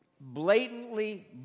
blatantly